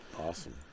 Awesome